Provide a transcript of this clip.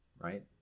right